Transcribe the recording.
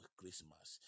Christmas